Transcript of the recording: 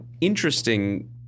interesting